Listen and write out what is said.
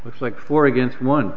looks like four against one